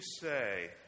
say